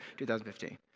2015